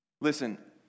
Listen